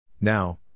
Now